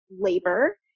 labor